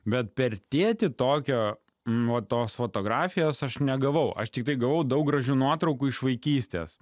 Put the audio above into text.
bet per tėtį tokio nuo tos fotografijos aš negavau aš tiktai gavau daug gražių nuotraukų iš vaikystės